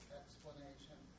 explanation